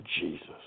Jesus